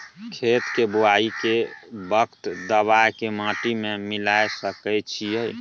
खेत के बुआई के वक्त दबाय के माटी में मिलाय सके छिये?